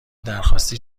درخواستی